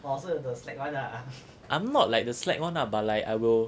I'm not like the slack one lah but I will